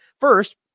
First